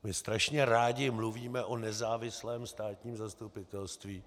My strašně rádi mluvíme o nezávislém státním zastupitelství.